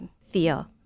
feel